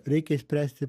reikia išspręsti